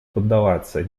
поддаваться